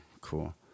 cool